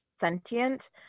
sentient